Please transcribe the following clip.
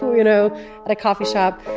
you know at a coffee shop,